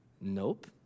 nope